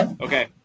Okay